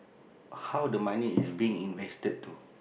how the money is being invested to